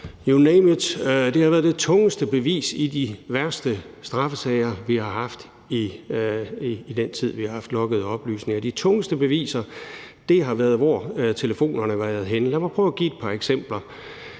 you name it, det har været det tungeste bevis i de værste straffesager, vi har haft i den tid, vi har haft loggede oplysninger. De tungeste beviser har været, hvor telefonerne har været henne. Lad mig prøve at give et par eksempler.